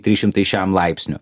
tris šimtai šiam laipsnių